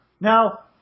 Now